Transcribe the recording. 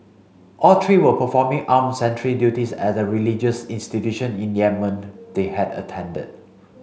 all three were performing arm sentry duties at a religious institution in Yemen they had attended